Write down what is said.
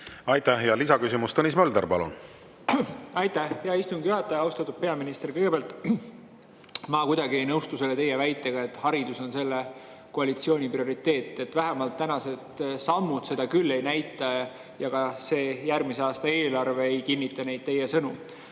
Aitäh! Ja lisaküsimus. Tõnis Mölder, palun! Aitäh! Hea istungi juhataja! Austatud peaminister! Kõigepealt, ma ei nõustu teie väitega, et haridus on selle koalitsiooni prioriteet, vähemalt praegused sammud seda küll ei näita ja ka see järgmise aasta eelarve ei kinnita neid teie sõnu. Ma